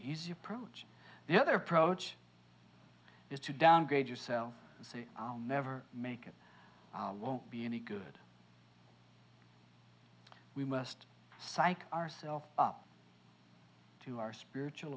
easy approach the other approach is to downgrade yourself so you never make it won't be any good we must psych ourselves up to our spiritual